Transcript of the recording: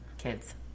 kids